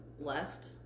left